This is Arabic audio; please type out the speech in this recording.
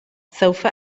سوف